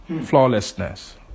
flawlessness